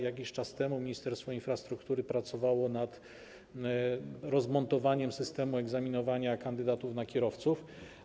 Jakiś czas temu Ministerstwo Infrastruktury pracowało nad rozmontowaniem systemu egzaminowania kandydatów na kierowców.